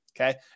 okay